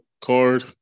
card